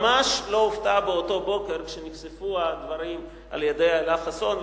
ממש לא הופתע באותו בוקר כשנחשפו הדברים על-ידי איילה חסון,